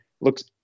looks